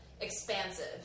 expansive